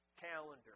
calendar